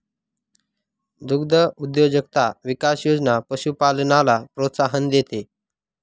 दुग्धउद्योजकता विकास योजना पशुपालनाला प्रोत्साहन देते